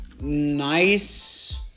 nice